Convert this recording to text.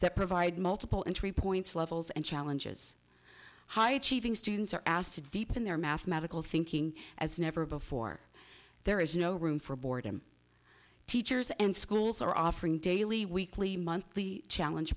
that provide multiple entry points levels and challenges high achieving students are asked to deep in their mathematical thinking as never before there is no room for board and teachers and schools are offering daily weekly monthly challenge